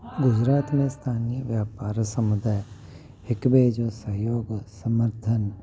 गुजरात में स्थानीय व्यापार समुदाय हिकु ॿिए जो सहयोगु समर्थनु